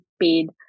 paid